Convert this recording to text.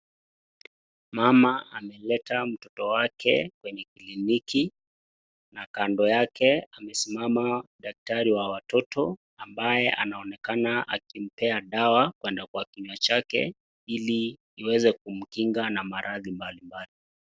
Mama amelete mtoto wake kliniki, na kando yake amesimama daktari wa watoto, ambaye anaonekana akimpa dawa kwenda kwa kinywa chake ili iweze kumkinga na maradhi mbalimbali.